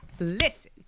listen